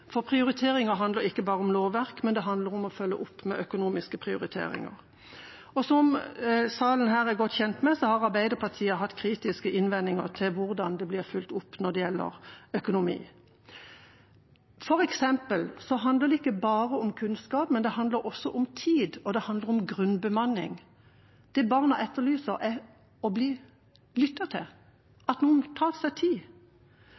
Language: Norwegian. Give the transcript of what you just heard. for prioriteringer handler ikke bare om lovverk, det handler også om å følge opp med økonomiske prioriteringer. Og som salen her er godt kjent med, har Arbeiderpartiet hatt kritiske innvendinger til hvordan det blir fulgt opp når det gjelder økonomi. For eksempel handler det ikke bare om kunnskap, det handler også om tid, og det handler om grunnbemanning. Det barna etterlyser, er å bli lyttet til, at noen tar seg tid.